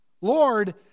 Lord